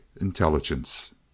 intelligence